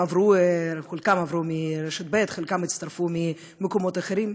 שחלקם עברו מרשת ב' וחלקם הצטרפו ממקומות אחרים,